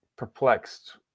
perplexed